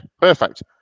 perfect